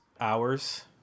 hours